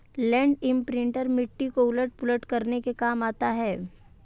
land imprinter मिट्टी को उलट पुलट करने के काम आता है